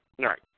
Right